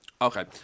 Okay